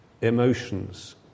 emotions